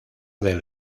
del